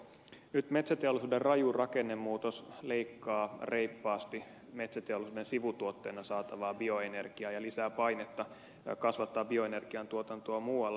nyt metsäteollisuuden raju rakennemuutos leikkaa reippaasti metsäteollisuuden sivutuotteena saatavaa bioenergiaa ja lisää painetta kasvattaa bioenergian tuotantoa muualla